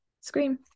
Scream